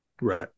right